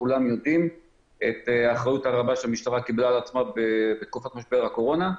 כולם יודעים את האחריות הרבה שהמשטרה קבלה על עצמה בתקופת משבר הקורונה.